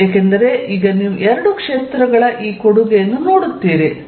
Er130r23030r1r2a30 ಏಕೆಂದರೆ ಈಗ ನೀವು ಎರಡು ಕ್ಷೇತ್ರಗಳ ಈ ಕೊಡುಗೆಯನ್ನು ನೋಡುತ್ತೀರಿ